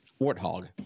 Warthog